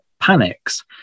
panics